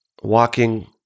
walking